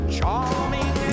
Charming